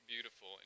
beautiful